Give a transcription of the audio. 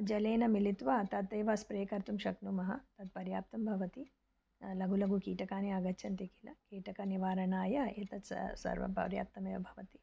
जलेन मिलित्वा ततैव स्प्रे कर्तुं शक्नुमः तत् पर्याप्तं भवति लघु लधु कीटकानि आगच्छन्ति किल कीटकनिवारणाय एतत् स सर्व पर्याप्तमेव भवति